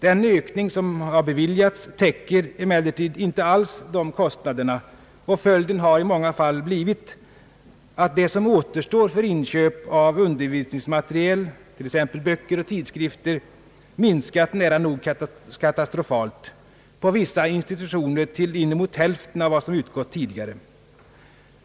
Den ökning som beviljats täcker emellertid inte alls dessa kostnader, och följden har i många fall blivit att det som återstår för inköp av undervisningsmateriel, tex. böcker och tidskrifter, minskat nära nog katastrofalt — på vissa institutioner till inemot hälften av vad som utgått tidigare.